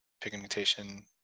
pigmentation